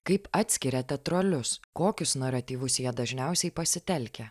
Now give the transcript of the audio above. kaip atskiriate trolius kokius naratyvus jie dažniausiai pasitelkia